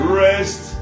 rest